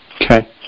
Okay